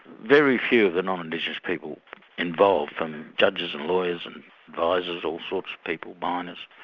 very few of the non-indigenous people involved, from judges and lawyers and advisors, all sorts of people, miners,